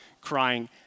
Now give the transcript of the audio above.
crying